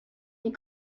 die